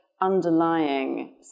underlying